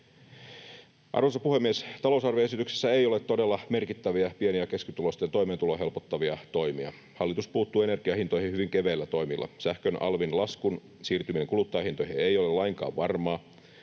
Arvoisa puhemies! Talousarvioesityksessä ei ole todella merkittäviä pieni- ja keskituloisten toimeentuloa helpottavia toimia. Hallitus puuttuu energiahintoihin hyvin keveillä toimilla. Sähkön alvin laskun siirtyminen kuluttajahintoihin ei ole lainkaan varmaa,